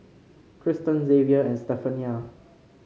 Kristen Zavier and Stephania